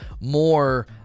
more